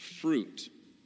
fruit